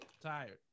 Tired